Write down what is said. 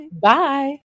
Bye